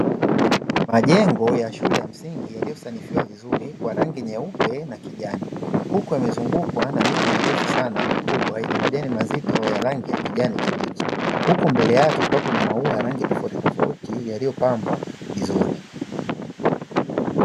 Majengo ya shule ya msingi yaliyosanifiwa vizuri kwa rangi nyeupe na kijani, huku yamezungukwa na miti mirefu sana mikubwa yenye majani mazito ya rangi ya kijani kibichi. Huku mbele yake kuna maua rangi tofautitofauti yaliyopambwa vizuri.